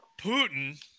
Putin